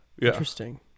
Interesting